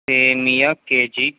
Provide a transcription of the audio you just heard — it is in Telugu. సేమ్యా కేజీ